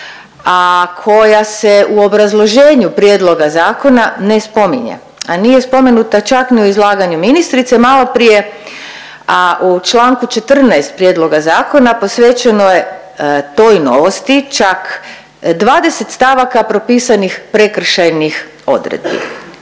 a koja se u obrazloženju prijedloga zakona ne spominje, a nije spomenuta čak ni u izlaganju ministrice maloprije, a u Članku 14. prijedloga zakona posvećeno je toj novosti čak 20 stavaka propisanih prekršajnih odredbi.